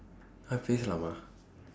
பேசலாமா:peesalaamaa